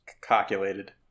calculated